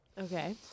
Okay